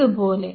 ഇതുപോലെ